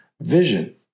vision